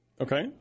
Okay